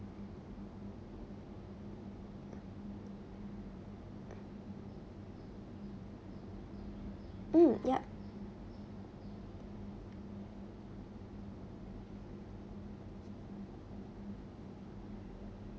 mm yup